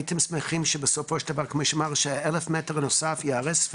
הייתם שמחים שבסופו של דבר 1,000 מ' נוסף ייהרס,